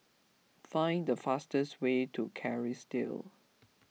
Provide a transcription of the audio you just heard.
find the fastest way to Kerrisdale